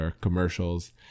commercials